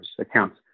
accounts